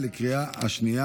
להלן תוצאות ההצבעה: